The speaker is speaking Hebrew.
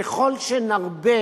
ככל שנרבה